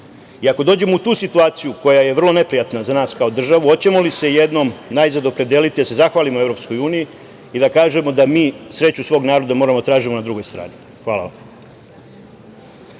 i ako dođemo u tu situaciju koja je vrlo neprijatna za nas kao državu, hoćemo li se jednom najzad opredeliti da se zahvalimo EU i da kažemo da mi sreću svog naroda moramo da tražimo na drugoj strani? Hvala vam.